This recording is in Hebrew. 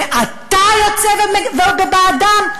ואתה יוצא בעדם?